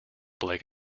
blake